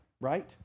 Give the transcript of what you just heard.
right